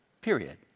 Period